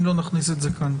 אם לא נכניס את זה כאן.